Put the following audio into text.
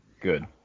good